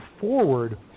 forward